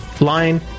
line